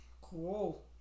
Cool